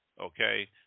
okay